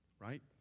right